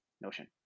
notion